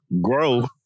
grow